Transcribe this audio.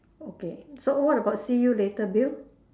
okay so what about see you later bill